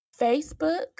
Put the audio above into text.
Facebook